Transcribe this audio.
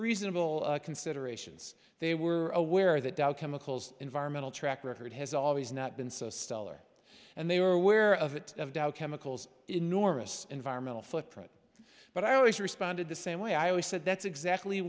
reasonable considerations they were aware that dow chemicals environmental track record has always not been so stellar and they were aware of it of dow chemicals enormous environmental footprint but i always responded the same way i always said that's exactly